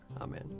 Amen